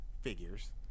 figures